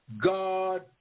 God